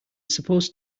supposed